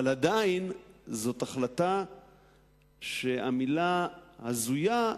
אבל עדיין זאת החלטה שהמלה "הזויה"